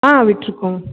ஆ விட்டிருக்கோம்